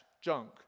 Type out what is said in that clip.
junk